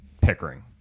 Pickering